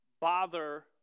bother